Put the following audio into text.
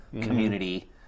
community